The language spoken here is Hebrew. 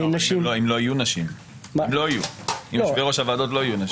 --- אם יושבי-ראש הוועדות לא יהיו נשים.